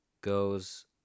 goes